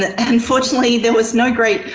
and fortunately, there was no great,